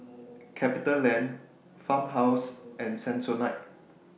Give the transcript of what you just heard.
CapitaLand Farmhouse and Sensodyne